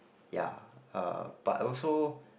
ya uh but also